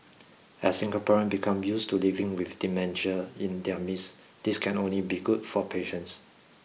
as Singaporeans become used to living with dementia in their midst this can only be good for patients